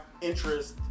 interest